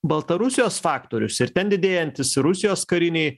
baltarusijos faktorius ir ten didėjantys rusijos kariniai